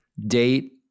date